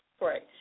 Right